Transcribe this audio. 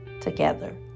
together